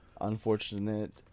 unfortunate